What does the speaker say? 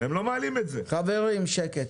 חברים, שקט.